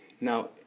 now